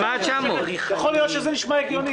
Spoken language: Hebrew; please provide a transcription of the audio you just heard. יכול להיות שזה הגיוני.